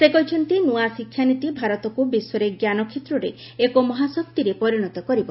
ସେ କହିଛନ୍ତି ନୂଆ ଶିକ୍ଷାନୀତି ଭାରତକୁ ବିଶ୍ୱରେ ଜ୍ଞାନ କ୍ଷେତ୍ରରେ ଏକ ମହାଶକ୍ତିରେ ପରିଣତ କରିବ